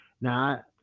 Now